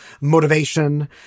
motivation